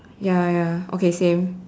ya ya okay same